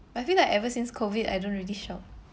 I feel like ever since COVID I don't really shop